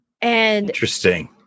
Interesting